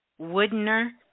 Woodner